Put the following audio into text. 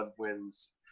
Bloodwind's